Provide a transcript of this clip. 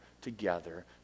together